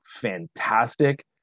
fantastic